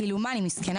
כאילו, אני מסכנה?